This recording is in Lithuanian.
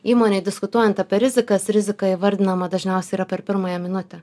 įmonėj diskutuojant apie rizikas rizika įvardinama dažniausiai yra per pirmąją minutę